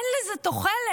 אין לזה תוחלת,